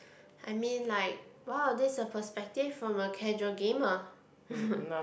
I mean like !wow! this is a perspective from a casual gamer